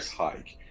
hike